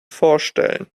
vorstellen